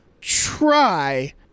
try